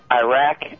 Iraq